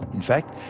in fact,